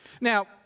Now